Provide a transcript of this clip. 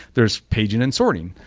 there is paging and sorting.